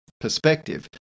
perspective